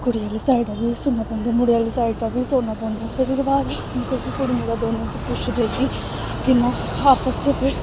कुड़ी आह्ली साइडा दा बी सुन्ना पौंदा मुड़े आह्ली साइड दा बी सुन्ना पौंदा फिर उ'दे बाद कुड़ी मुड़ा दौनें गी पुच्छदे कि कि'यां आपस च फिर